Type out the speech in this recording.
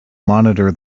monitor